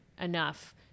enough